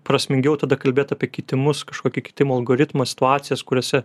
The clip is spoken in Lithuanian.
prasmingiau tada kalbėt apie kitimus kažkokį kitimo algoritmą situacijas kuriose